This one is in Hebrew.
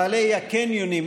בעלי הקניונים,